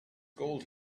gold